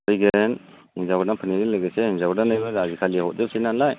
फैगोन हिन्जाव गोदान फैनायजों लोगोसे हिनजाव गोदाननोबो आजिखालि हरजोबसै नालाय